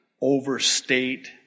overstate